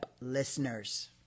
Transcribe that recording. listeners